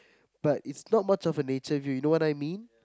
but is not much a nature view you know what I mean